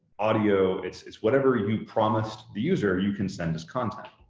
audio. it's it's whatever you promised the user, you can send this content.